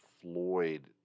Floyd